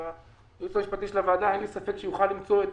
אין לי ספק שהיועץ המשפטי לוועדה יוכל למצוא את